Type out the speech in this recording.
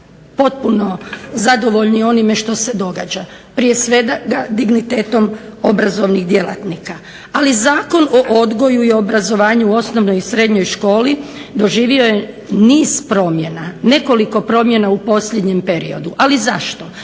potpuno zadovoljnim onime što se događa prije svega dignitetom obrazovnih djelatnika ali Zakon o odgoju i obrazovanju u osnovnoj i srednjoj školi doživio je niz promjena. Nekoliko promjena u proteklom periodu ali zašto?